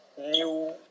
new